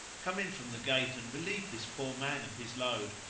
come in from the gate and relieve this poor man of his load.